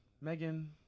Megan